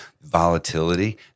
volatility